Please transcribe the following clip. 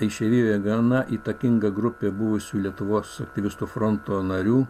išeivijoje gana įtakinga grupė buvusių lietuvos aktyvistų fronto narių